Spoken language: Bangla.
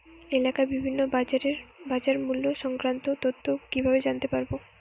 এলাকার বিভিন্ন বাজারের বাজারমূল্য সংক্রান্ত তথ্য কিভাবে জানতে পারব?